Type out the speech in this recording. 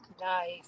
Nice